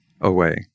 away